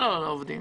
על הצורך במוצרים.